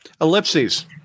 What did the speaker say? Ellipses